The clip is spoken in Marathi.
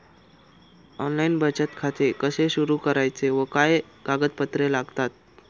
ऑनलाइन बचत खाते कसे सुरू करायचे व काय कागदपत्रे लागतात?